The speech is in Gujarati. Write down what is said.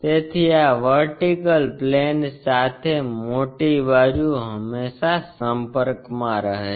તેથી આ વર્ટિકલ પ્લેન સાથે મોટી બાજુ હંમેશાં સંપર્કમાં રહે છે